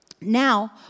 Now